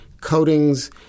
coatings